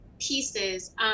pieces